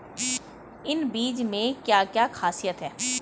इन बीज में क्या क्या ख़ासियत है?